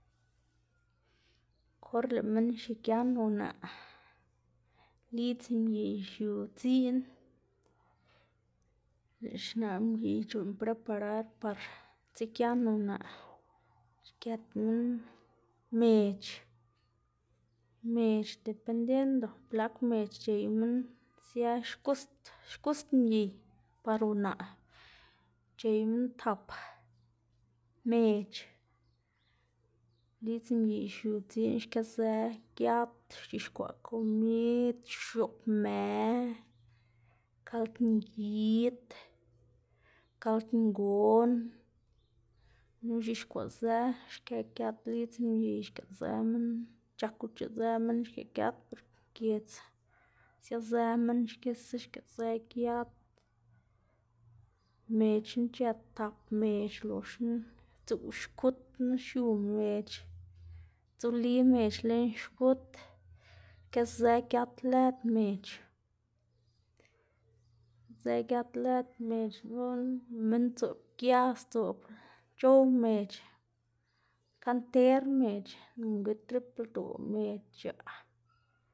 Kor lëꞌ minn xigian unaꞌ, lidz mgiy xiu dziꞌn lëꞌ xnaꞌ mgiy c̲h̲uꞌnn preparar par dzigian unaꞌ, xgët minn mec̲h̲ mec̲h̲ depeniendo blak mec̲h̲ c̲h̲ey minn sia xgust xgust mgiy par unaꞌ, c̲h̲ey minn tap mec̲h̲, lidz mgiy xiu dziꞌn xkëzë giat c̲h̲ixkwaꞌ komid x̱oꞌb më, kald ngid, kald ngon, gunu c̲h̲ixkwaꞌzë xkë giat lidz mgiy xkëꞌzë minn c̲h̲ak uc̲h̲ëꞌzë minn xkëꞌ giat per giedz siazë minn xkisa xkisa xkëꞌzë giat, mec̲h̲na c̲h̲ët tap mec̲h̲ loxna dzuꞌw xkutna xiu mec̲h̲, dzuli mec̲h̲ lën xkut, këzë giat lëd mec̲h̲ zë giat lëd mec̲h̲ guꞌn lëꞌ minn dzoꞌb gias dzoꞌb c̲h̲ow mec̲h̲. Xka nter mec̲h̲ nonga trip ldoꞌ mec̲h̲ xc̲h̲aꞌ.